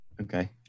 Okay